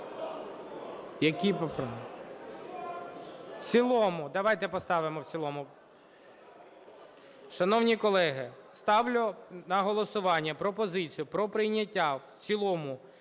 проти? В цілому. Давайте поставимо в цілому. Шановні колеги, ставлю на голосування пропозицію про прийняття в цілому